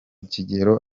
kigero